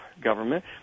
government